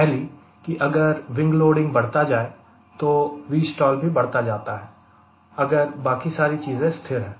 पहली कि अगर विंग लोडिंग बढ़ता जाए तो भी Vstall बढ़ता जाता है अगर बाकी सारी चीजें स्थिर है